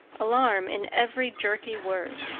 alarm in every jerky word.